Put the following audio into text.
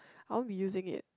I won't be using it